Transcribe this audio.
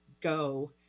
go